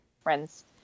friends